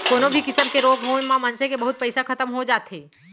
कोनो भी किसम के रोग होय म मनसे के बहुत पइसा खतम हो जाथे